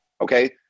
Okay